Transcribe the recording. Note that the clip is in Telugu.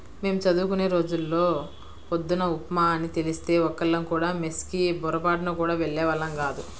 మేం చదువుకునే రోజుల్లో పొద్దున్న ఉప్మా అని తెలిస్తే ఒక్కళ్ళం కూడా మెస్ కి పొరబాటున గూడా వెళ్ళేవాళ్ళం గాదు